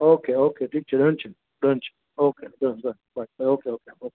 okay okay ઠીક છે done છે ડન છે okay done done bye okay okay okay